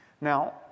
Now